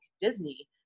Disney